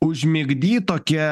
užmigdyt tokia